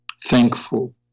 thankful